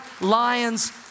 lions